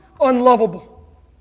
unlovable